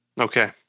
Okay